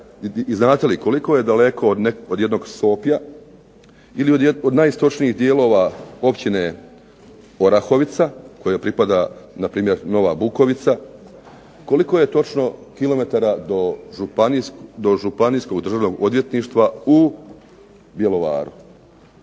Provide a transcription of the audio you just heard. znate li koliko je daleko od jednog Sopja ili od najistočnijih dijelova Općine Orahovica kojoj pripada na primjer Nova Bukovica. Koliko je točno kilometara do Županijskog državnog odvjetništva u Bjelovaru?